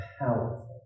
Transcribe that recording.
powerful